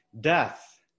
death